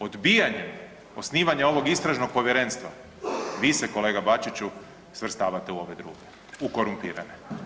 Odbijanjem osnivanja ovog Istražnog povjerenstva vi se kolega Bačiću svrstavate u ove druge – u korumpirane.